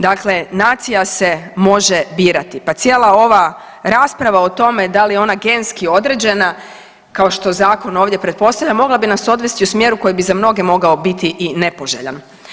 Dakle, nacija se može birati, pa cijela ova rasprava o tome da li je ona genski određena kao što zakon ovdje pretpostavlja, mogla bi nas odvesti u smjeru koji bi za mnoge mogao biti i nepoželjan.